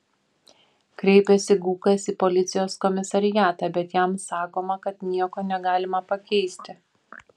kreipiasi gūkas į policijos komisariatą bet jam sakoma kad nieko negalima pakeisti